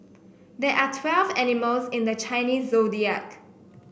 there are twelve animals in the Chinese Zodiac